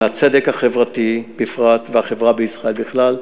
הצדק החברתי בפרט והחברה בישראל בכלל,